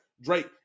Drake